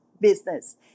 business